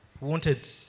wanted